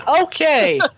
Okay